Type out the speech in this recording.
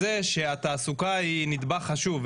כזה שהתעסוקה היא נדבך חשוב.